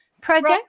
project